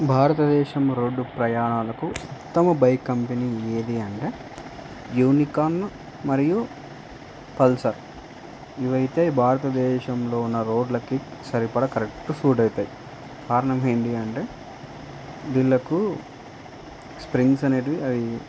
భారతదేశం రోడ్డు ప్రయాణాలకు ఉత్తమ బైక్ కంపెనీ ఏది అంటే యూనికార్న్ మరియు పల్సర్ ఇవైతే భారతదేశంలో ఉన్న రోడ్లకి సరిపడా కరెక్ట్ సూట్ అవుతాయి కారణం ఏంటి అంటే దీనిలకు స్ప్రింగ్స్ అనేది అవి